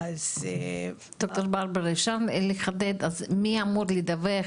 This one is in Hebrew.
ד"ר ברברה אפשר לחדד מי אמור לדווח,